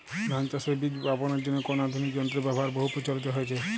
ধান চাষের বীজ বাপনের জন্য কোন আধুনিক যন্ত্রের ব্যাবহার বহু প্রচলিত হয়েছে?